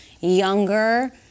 younger –